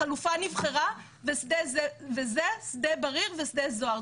החלופה נבחרה וזה שדה בריר ושדה זוהר,